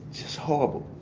just horrible.